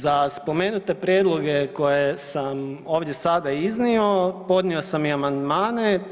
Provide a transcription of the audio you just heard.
Za spomenute prijedloge koje sam ovdje sada iznio podnio sam i amandmane.